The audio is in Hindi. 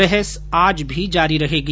बहस आज भी जारी रहेगी